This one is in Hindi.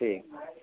ठीक है